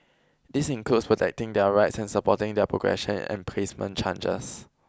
this includes protecting their rights and supporting their progression and placement chances